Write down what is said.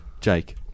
Jake